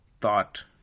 thought